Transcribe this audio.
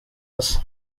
hasi